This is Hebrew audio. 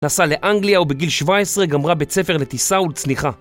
טסה לאנגליה ובגיל 17 גמרה בית ספר לטיסה ולצניחה